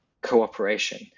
cooperation